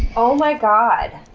oh my god!